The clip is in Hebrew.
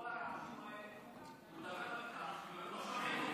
הוא מדבר על זכויות, לא שומעים כלום.